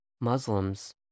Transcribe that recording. Muslims